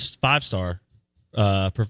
five-star